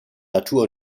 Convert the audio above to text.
natur